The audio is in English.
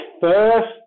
first